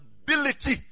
ability